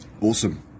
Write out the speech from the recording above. Awesome